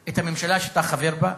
את הממשלה שאתה חבר בה,